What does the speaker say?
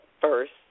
first